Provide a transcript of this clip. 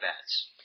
bats